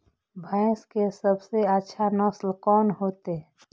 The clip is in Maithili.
भैंस के सबसे अच्छा नस्ल कोन होते?